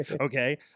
okay